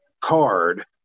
card